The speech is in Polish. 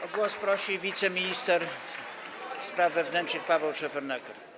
O głos prosi wiceminister spraw wewnętrznych Paweł Szefernaker.